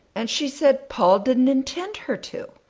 and she said paul didn't intend her to.